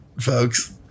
folks